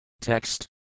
Text